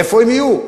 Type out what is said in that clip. איפה הם יהיו?